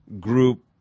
group